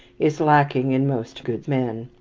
is lacking in most good men.